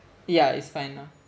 ya it's fine now